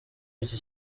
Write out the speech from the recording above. iki